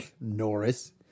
Norris